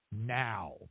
now